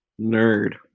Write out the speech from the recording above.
Nerd